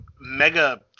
mega